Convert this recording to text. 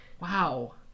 Wow